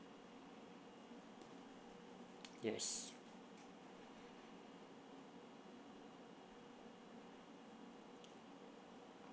yes